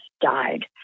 died